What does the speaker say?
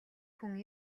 хүн